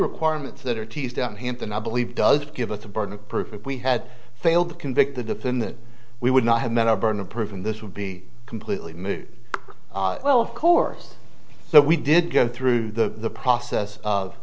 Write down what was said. requirements that are teased out in hampton i believe does give us the burden of proof if we had failed to convict the defendant we would not have met our burden of proof and this would be completely moot well of course so we did go through the process of